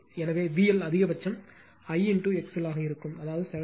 எனவே VL அதிகபட்சம் I XL ஆக இருக்கும் அதாவது 70